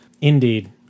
Indeed